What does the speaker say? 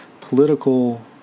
political